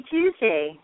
Tuesday